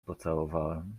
pocałowałem